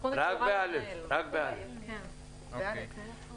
רק בסעיף א.